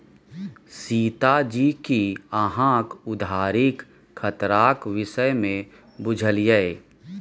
रीता जी कि अहाँक उधारीक खतराक विषयमे बुझल यै?